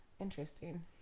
Interesting